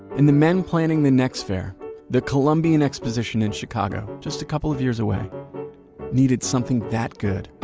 and the men planning the next fair the columbian exposition in chicago just a couple of years away needed something that good.